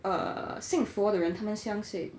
err 信佛的人他们相信